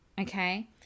Okay